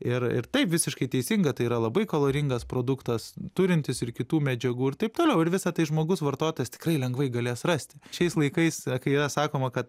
ir ir taip visiškai teisinga tai yra labai kaloringas produktas turintis ir kitų medžiagų ir taip toliau ir visa tai žmogus vartotojas tikrai lengvai galės rasti šiais laikais kai yra sakoma kad